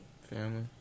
family